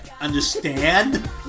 understand